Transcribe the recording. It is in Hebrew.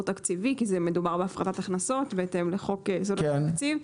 תקציבי כי מדובר בהפחתת הכנסות בהתאם לחוק יסודות התקציב,